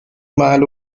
mile